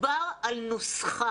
דובר על נוסחה,